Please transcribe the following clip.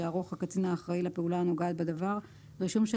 יערוך הקצין האחראי לפעולה הנוגעת בדבר רישום של